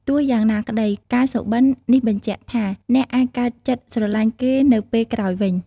ទោះយ៉ាងណាក្តី ការសុបិន នេះបញ្ជាក់ថា អ្នកអាចកើតចិត្តស្រលាញ់គេនៅពេលក្រោយវិញ។